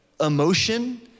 emotion